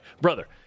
brother